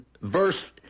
verse